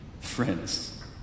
Friends